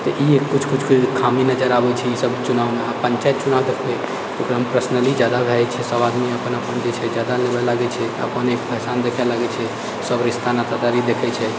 तऽ ई किछु किछु खामी नजर आबैत छै ई सब चुनावमे आ पञ्चायत चुनाव देखबै तऽ ओकरामे पर्सनली जादा भए जाइत छै सब आदमी अपन अपन जे छै जादा लेबऽ लागैत छै अपन इंसान देखऽ लागैत छै सब रिश्ता नाता भी देखैत छै